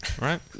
Right